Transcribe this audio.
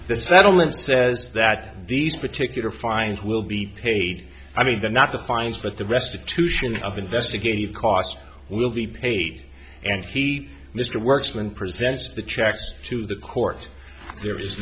settlement says that these particular fines will be paid i mean the not the fines but the restitution of investigative costs will be paid and mr worksman presents the checks to the court there is